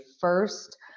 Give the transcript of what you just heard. first